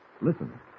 Listen